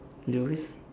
you always